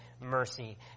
mercy